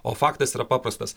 o faktas yra paprastas